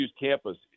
campus